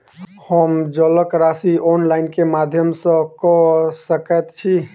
हम जलक राशि ऑनलाइन केँ माध्यम सँ कऽ सकैत छी?